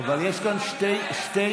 אבל יש כאן שתי שרות,